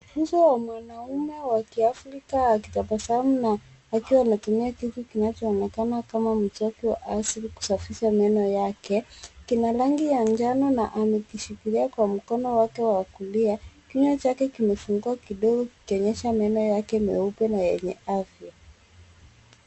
Uso wa mwanaume wa kiafrika akitabasamu na akiwa anatumia kitu kinachoonekana kama mswaki wa asili kusafisha meno yake. Kina rangi ya njano na amekishikilia kwa mkono wake wa kulia. Kinywa chake kimefunguka kidogo kikionyesha meno yake meupe na yenye afya.